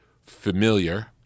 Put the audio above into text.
familiar